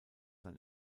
sein